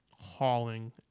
hauling